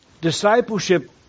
Discipleship